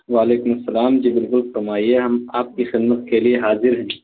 وعلیکم السلام جی بالکل فرمائیے ہم آپ کی خدمت کے لیے حاضر ہیں